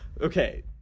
Okay